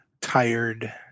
tired